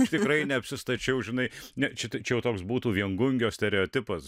aš tikrai ne apsistačiau žinai ne čia tai čia jau toks būtų viengungio stereotipas